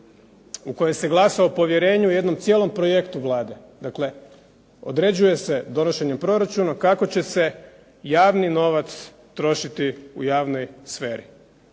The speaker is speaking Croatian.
u kojem se glasa o povjerenju o jednom cijelom projektu Vlade. Dakle, određuje se donošenje proračuna kako će se javni novac trošiti u javnoj sferi.